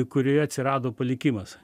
kurioje atsirado palikimas